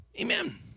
Amen